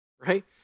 right